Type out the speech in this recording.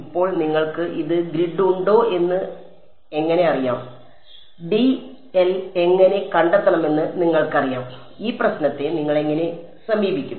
ഇപ്പോൾ നിങ്ങൾക്ക് ഇത് ഗ്രിഡ് ഉണ്ടോ എന്ന് നിങ്ങൾക്ക് എങ്ങനെ അറിയാം ഡിഎൽ എങ്ങനെ കണ്ടെത്തണമെന്ന് നിങ്ങൾക്കറിയാം ഈ പ്രശ്നത്തെ നിങ്ങൾ എങ്ങനെ സമീപിക്കും